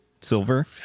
Silver